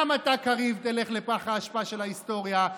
גם אתה, קריב, תלך לפח האשפה של ההיסטוריה.